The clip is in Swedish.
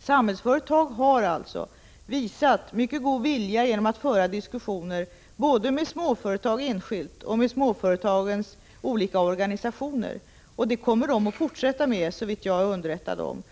Samhällsföretag har alltså visat mycket god vilja genom att föra diskussioner både med småföretag enskilt och med småföretagens olika organisationer, och det kommer de att fortsätta med såvitt jag är underrättad.